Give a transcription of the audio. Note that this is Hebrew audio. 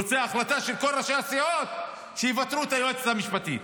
והוא רוצה החלטה של כל ראשי הסיעות שיפטרו את היועצת המשפטית.